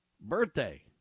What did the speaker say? birthday